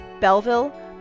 Belleville